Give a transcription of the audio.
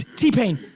t-pain.